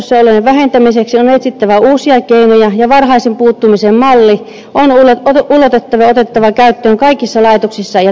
sairauspoissaolojen vähentämiseksi on etsittävä uusia keinoja ja varhaisen puuttumisen malli on ulotettava kaikkiin laitoksiin ja toimipisteisiin ja otettava käyttöön niissä